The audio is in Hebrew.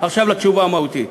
עכשיו לתשובה המהותית,